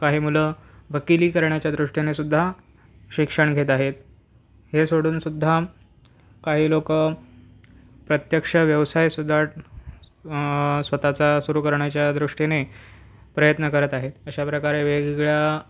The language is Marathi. काही मुलं वकिली करण्याच्या दृष्टीनेसुद्धा शिक्षण घेत आहेत हे सोडूनसुद्धा काही लोकं प्रत्यक्ष व्यवसायसुद्धा स्वतःचा सुरू करण्याच्या दृष्टीने प्रयत्न करत आहेत अशा प्रकारे वेगवेगळ्या